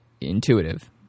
intuitive